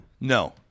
No